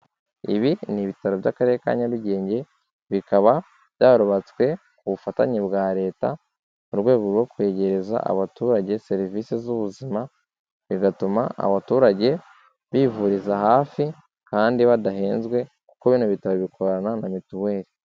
Ibi ni ibitaro by'Akarere ka Nyarugenge bikaba byarubatswe ku bufatanye bwa Leta, mu rwego rwo kwegereza abaturage serivisi z'ubuzima, bigatuma abaturage bivuriza hafi kandi badahenzwe kuko bino bitaro bikorana na mituweli.